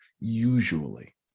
usually